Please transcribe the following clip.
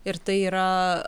ir tai yra